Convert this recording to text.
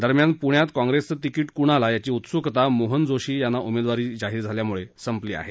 दरम्यान प्ण्यात काँग्रेसचं तिकीट कोणाला याची उत्स्कता मोहन जोशी यांना उमेदवारी जाहीर झाल्याम्ळं संपली आहे